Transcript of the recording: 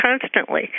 constantly